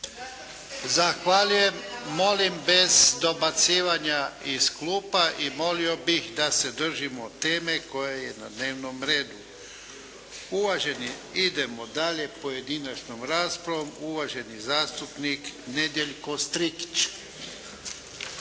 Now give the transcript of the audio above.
Zahvaljujem. Molim bez dobacivanja iz klupa. I molio bih da se držimo teme koja je na dnevnom redu. Uvaženi, idemo dalje pojedinačnom raspravom, uvaženi zastupnik Nedjeljko Strikić.